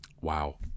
wow